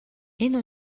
энэ